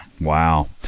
wow